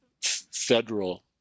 federal